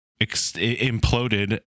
imploded